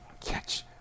Catch